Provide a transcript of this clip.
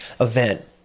event